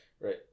Right